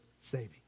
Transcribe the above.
saving